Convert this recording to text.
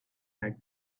had